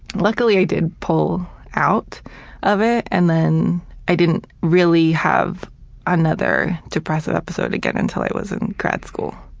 luckily i did pull out of it, and then i didn't really have another depressive episode again until i was in grad school.